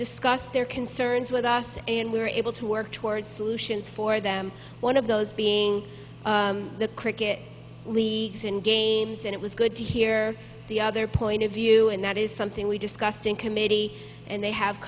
discuss their concerns with us and we were able to work towards solutions for them one of those being the cricket games and it was good to hear the other point of view and that is something we discussed in committee and they have